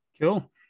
Cool